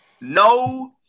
No